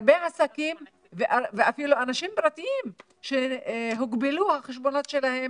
הרבה עסקים ואפילו אנשים פרטיים שהוגבלו החשבונות שלהם